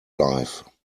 life